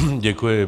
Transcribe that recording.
Děkuji.